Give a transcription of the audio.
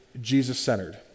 Jesus-centered